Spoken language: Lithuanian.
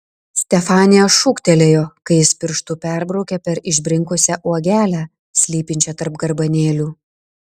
stefanija šūktelėjo kai jis pirštu perbraukė per išbrinkusią uogelę slypinčią tarp garbanėlių